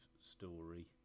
story